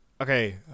Okay